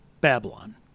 Babylon